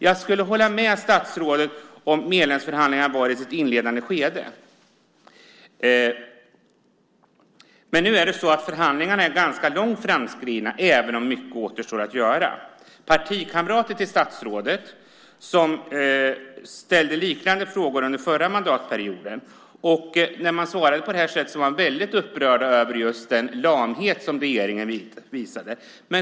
Jag skulle hålla med statsrådet om medlemsförhandlingarna var i sitt inledande skede. Men nu är det så att förhandlingarna är ganska långt framskridna, även om mycket återstår att göra. Partikamrater till statsrådet ställde liknande frågor under förra mandatperioden. När man svarade på det här sättet var de väldigt upprörda över just den lamhet som regeringen visade.